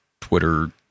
twitter